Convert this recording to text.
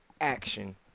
action